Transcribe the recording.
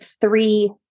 three